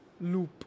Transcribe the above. loop